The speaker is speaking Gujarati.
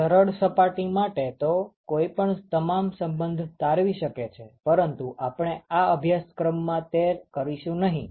સરળ સપાટી માટે તો કોઈ પણ તમામ સંબંધ તારવી શકે છે પરંતુ આપણે આ અભ્યાસક્રમમાં તે કરશું નહિ